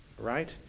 right